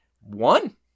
one